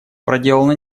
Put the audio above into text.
проделана